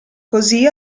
così